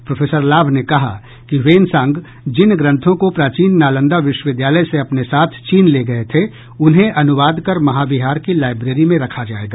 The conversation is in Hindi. प्रोफेसर लाभ ने कहा कि हेवनसांग जिन ग्रंथों को प्राचीन नालंदा विश्वविद्यालय से अपने साथ चीन ले गये थे उन्हें अनुवाद कर महाविहार की लाईब्रेरी में रखा जायेगा